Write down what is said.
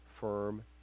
firm